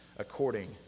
according